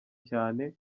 cyane